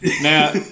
now